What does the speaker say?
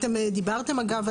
אתם דיברתם אגב,